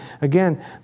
again